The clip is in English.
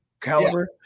caliber